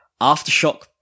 Aftershock